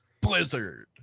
Blizzard